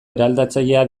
eraldatzailea